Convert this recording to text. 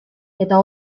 eta